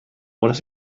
what